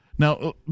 Now